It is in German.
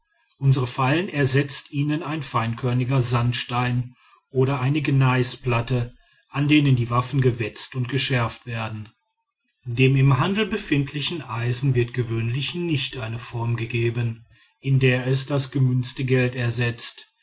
unsere feilen ersetzt ihnen ein feinkörniger sandstein oder eine gneisplatte an denen die waffen gewetzt und geschärft werden dem im handel befindlichen eisen wird gewöhnlich nicht eine form gegeben in der es das gemünzte geld ersetzt